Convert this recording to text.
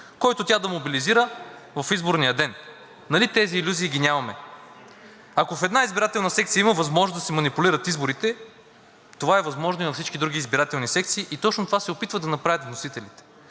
който тя да мобилизира в изборния ден. Нали тези илюзии ги нямаме? Ако в една избирателна секция има възможност да се манипулират изборите, това е възможно и във всички други избирателни секции и точно това се опитват да направят вносителите.